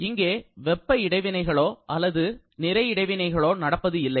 எங்கே வெப்ப இடைவினைகளோ அல்லது நிறை இடைவினைகளோ நடப்பது இல்லை